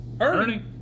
Ernie